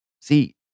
See